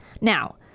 Now